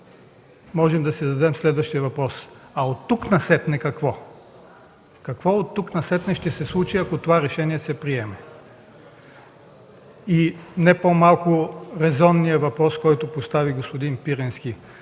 можем да си зададем следващия въпрос – оттук насетне какво? Какво ще се случи оттук насетне, ако това решение се приеме? Стои и не по-малко резонният въпрос, който постави господин Пирински